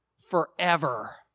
forever